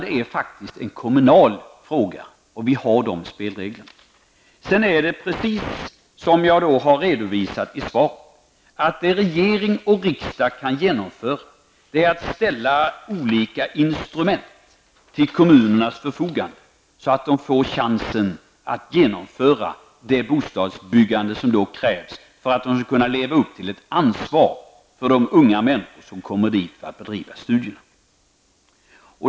Detta är faktiskt en kommunal fråga, och det är dessa spelregler som gäller. Precis som jag har redovisat i svaret är det regering och riksdag som ställer olika instrument till kommunernas förfogande, så att de får chans att genomföra det bostadsbyggande som krävs och att leva upp till sitt ansvar för de unga människor som kommer dit för att bedriva studier.